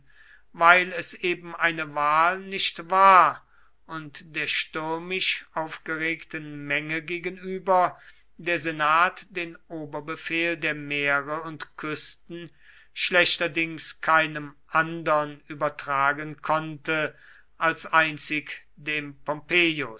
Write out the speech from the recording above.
weil es eben eine wahl nicht war und der stürmisch aufgeregten menge gegenüber der senat den oberbefehl der meere und küsten schlechterdings keinem andern übertragen konnte als einzig dem